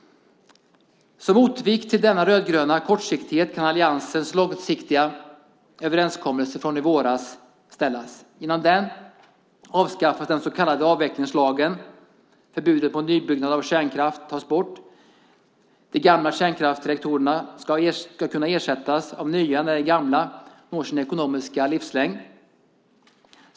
Som motvikt till denna rödgröna kortsiktighet kan alliansens långsiktiga överenskommelse från i våras ställas. Genom den avskaffas den så kallade avvecklingslagen. Förbudet mot nybyggnad av kärnkraftverk tas bort. De gamla kärnkraftsreaktorerna ska kunna ersättas av nya när de gamla når sin ekonomiska livslängd.